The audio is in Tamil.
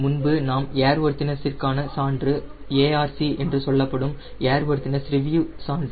முன்பு நாம் ஏர்வொர்தினஸ் ற்கான சான்று ARC என்று சொல்லப்படும் ஏர்வொர்தினஸ் ரிவ்யூ சான்று